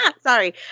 sorry